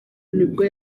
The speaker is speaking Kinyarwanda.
nibwo